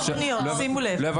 מאות פניות, שימו לב.